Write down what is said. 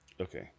Okay